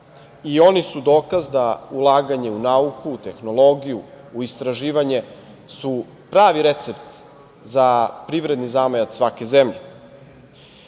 i one su dokaz da ulaganje u nauku, u tehnologiju, u istraživanje je pravi recept za privredni zamajac svake zemlje. Nije